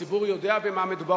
הציבור יודע במה מדובר,